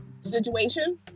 situation